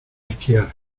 esquiar